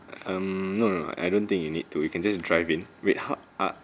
um no no I don't think you need to you can just drive in wait how ah